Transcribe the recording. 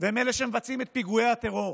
והם אלה שמבצעים את פיגועי הטרור,